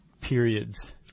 periods